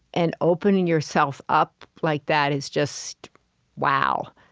and opening yourself up like that is just wow.